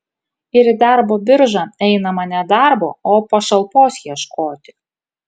ir į darbo biržą einama ne darbo o pašalpos ieškoti